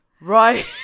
Right